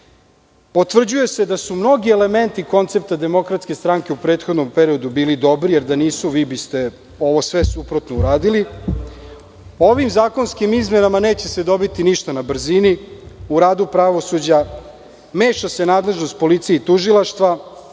Potvrđuje se da su mnogi elementi koncepta DS u prethodnom periodu bili dobri, jer da nisu vi biste ovo sve suprotno uradili. Ovim zakonskim izmenama neće se dobiti ništa na brzini. U radu pravosuđa meša se nadležnost policije i tužilaštva